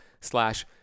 slash